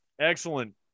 Excellent